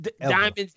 Diamonds